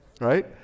Right